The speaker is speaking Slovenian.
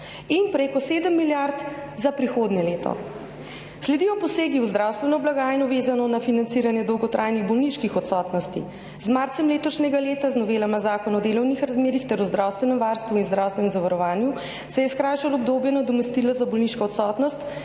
in preko 7 milijard za prihodnje leto. Sledijo posegi v zdravstveno blagajno, vezano na financiranje dolgotrajnih bolniških odsotnosti. Z marcem letošnjega leta z novelama Zakona o delovnih razmerjih ter o zdravstvenem varstvu in zdravstvenem zavarovanju se je skrajšalo obdobje nadomestila za bolniško odsotnost